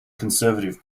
conservative